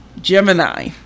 Gemini